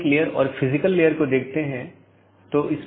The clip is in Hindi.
इसपर हम फिर से चर्चा करेंगे